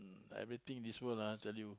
everything this world ah tell you